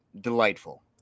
delightful